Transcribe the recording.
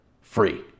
free